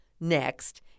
Next